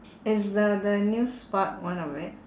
is the the new spark one of it